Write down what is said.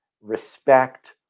respect